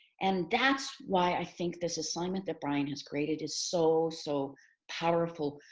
and that's why i think this assignment that brian has created is so, so powerful,